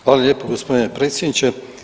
Hvala lijepo gospodine predsjedniče.